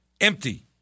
empty